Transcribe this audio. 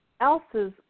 else's